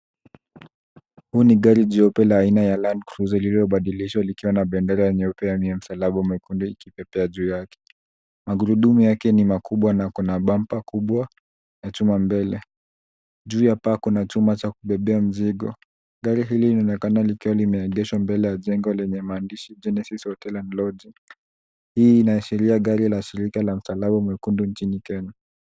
Huu ni gari jeupe la aina ya Land Cruiser lililobadilishwa likiwa na bendera nyeupe yenye msalaba mwekundu ikipepea juu yake. Magurudumu yake ni makubwa na kuna bampa kubwa, na chuma mbele. Juu ya paa kuna chuma cha kubebea mzigo. Gari hili linaoekana kuwa limeegeshwa mbele ya jengo lenye maandishi Genesis Hotel and Lodging . Hii inaashiria gari la shirika la msalaba mwekundu nchini Kenya.